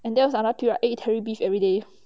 and there was another period I eat teri beef everyday